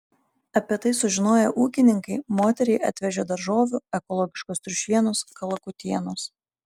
apie tai sužinoję ūkininkai moteriai atvežė daržovių ekologiškos triušienos kalakutienos